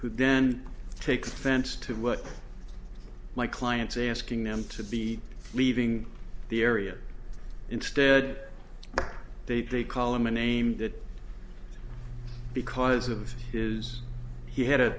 who then takes offense to what my client's asking them to be leaving the area instead they call him a name that because of is he had a